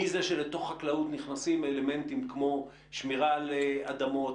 מזה שלתוך חקלאות נכנסים אלמנטים כמו שמירה על אדמות